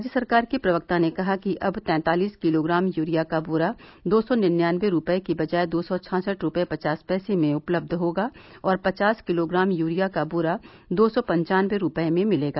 राज्य सरकार के प्रवक्ता ने कहा कि अब तैंतालिस किलोग्राम यूरिया का बोरा दो सौ निन्यानबे रुपये के बजाय दो सौ छाछठ रुपये पचास पैसे में उपलब्ध होगा और पचास किलोग्राम यूरिया का बोरा दो सौ पंचानबे रुपये में मिलेगा